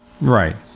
Right